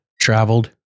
traveled